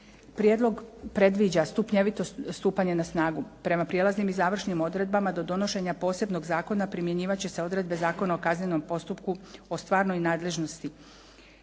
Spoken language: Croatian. Prijedlog predviđa stupnjevito stupanje na snagu prema prijelaznim i završnim odredbama do donošenja posebnog zakona primjenjivat će se odredbe Zakona o kaznenom postupku o stvarnoj nadležnosti,